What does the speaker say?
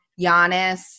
Giannis